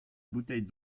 bouteille